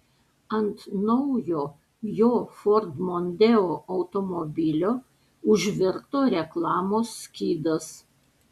ant naujo jo ford mondeo automobilio užvirto reklamos skydas